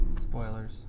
Spoilers